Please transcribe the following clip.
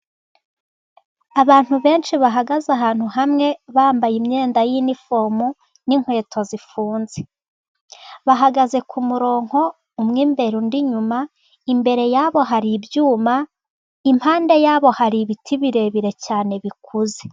Abantu benshi bahagaze ahantu hamwe, bambaye imyenda y'nifomu n'inkweto zifunze. Bahagaze ku kumurongo, umwe imbere undi inyuma, imbere ya bo hari ibyuma, impande ya bo hari ibiti birebire cyane bikuze.